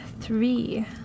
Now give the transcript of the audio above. Three